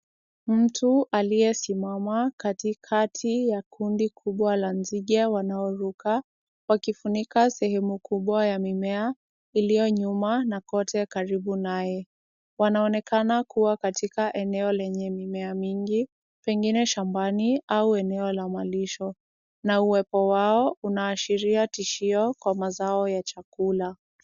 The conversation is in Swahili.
Mtu aliyesimama katikati ya kundi kubwa la nzige wanaoruka, wakifunika sehemu kubwa ya mimea, iliyo nyuma na kote karibu naye. Wanaonekana kuwa katika eneo lenye mimea mingi, pengine shambani au eneo la malisho. Na uwepo wao, unaashiria tishio kwa mazao ya chakula.